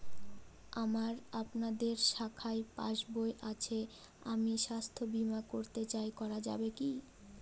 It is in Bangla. আমার আপনাদের শাখায় পাসবই আছে আমি স্বাস্থ্য বিমা করতে চাই করা যাবে কি?